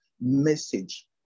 message